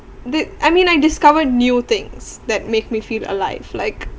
dis~ I mean I discover new things that make me feel alive like